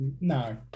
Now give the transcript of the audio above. No